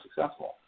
successful